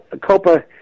COPA